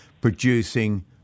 producing